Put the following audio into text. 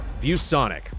ViewSonic